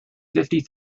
fifty